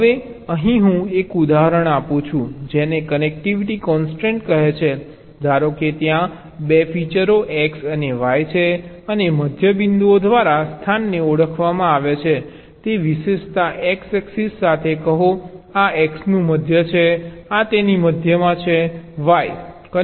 હવે અહીં હું એક ઉદાહરણ આપું છું જેને કનેક્ટિવિટી કૉન્સ્ટ્રેંટ કહે છે ધારો કે ત્યાં 2 ફીચરો X અને Y છે અને મધ્ય બિંદુઓ દ્વારા સ્થાનને ઓળખવામાં આવે છે તે વિશેષતા X એક્સિસ સાથે કહો આ X નું મધ્ય છે આ તેની મધ્યમાં છે y